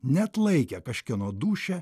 neatlaikė kažkieno dūšia